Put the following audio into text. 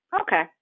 okay